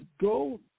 go